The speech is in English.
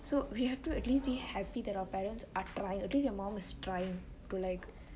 so we have to at least be happy that our parents are trying at least your mum is trying to like